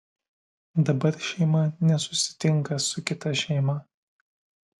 dabar šeima nesusitinka su kita šeima